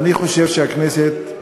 ואני חושב שהכנסת,